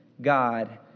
God